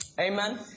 Amen